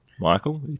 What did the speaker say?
Michael